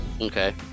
Okay